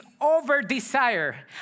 over-desire